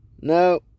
No